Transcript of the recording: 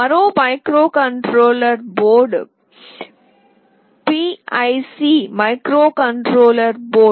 మరో microcontroller board PIC microcontroller board